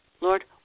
Lord